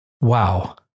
Wow